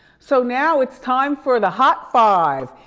so, now it's time for the hot five.